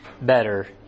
better